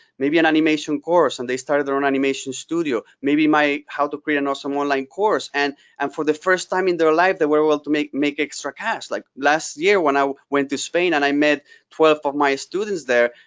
maybe an animation course, and they started their own animation studio. maybe my how to create an awesome online course, and and for the first time in their life, they were able to make make extra cash. like last year when i went to spain and i met twelve of my students there,